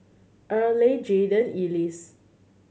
Earley Jaden Ellis